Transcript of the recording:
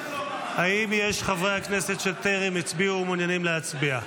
נגד האם יש חברי כנסת שטרם הצביעו ומעוניינים להצביע?